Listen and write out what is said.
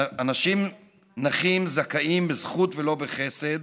אנשים נכים זכאים בזכות ולא בחסד,